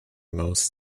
most